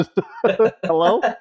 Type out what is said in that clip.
Hello